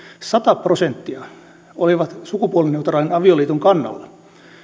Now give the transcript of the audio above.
sata prosenttia oli sukupuolineutraalin avioliiton kannalla